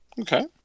Okay